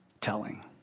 telling